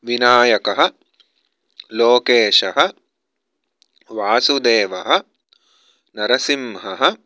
विनायकः लोकेशः वासुदेवः नरसिंहः